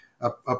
up